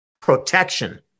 protection